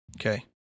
Okay